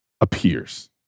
appears